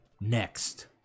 next